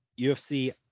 ufc